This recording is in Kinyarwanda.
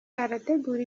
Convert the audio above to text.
arategura